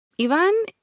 Ivan